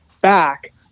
back